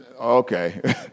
okay